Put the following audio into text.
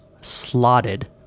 slotted